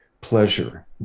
pleasure